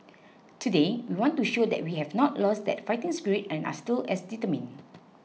today we want to show that we have not lost that fighting spirit and are still as determined